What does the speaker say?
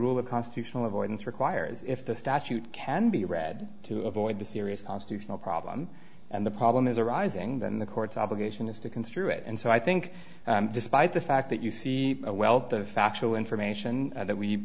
of constitutional avoidance requires if the statute can be read to avoid the serious constitutional problem and the problem is arising then the court's obligation is to construe it and so i think despite the fact that you see a wealth of factual information that we